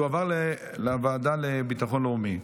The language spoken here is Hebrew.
תועבר לוועדה לביטחון לאומי.